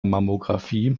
mammographie